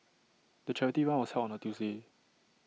the charity run was held on A Tuesday